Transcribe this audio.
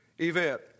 event